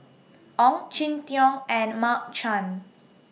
Ong Jin Teong and Mark Chan